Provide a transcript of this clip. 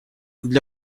для